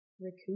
recoup